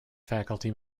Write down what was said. faculty